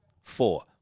Four